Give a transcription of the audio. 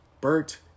Bert